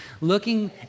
looking